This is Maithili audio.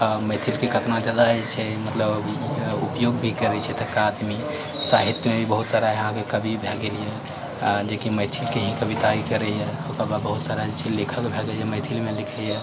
आ मैथिलके कतना जगह जे छै मतलब ई उपयोग भी करै छै एतुका आदमी साहित्यमे बहुत सारा यहाँके कवि भए गेल यऽ आ जेकि मैथिलके ही कविता ई करैए ओकर बाद बहुत सारा लेखक भए जाइए मैथिलीमे लिखैए